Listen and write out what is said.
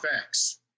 facts